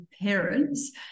parents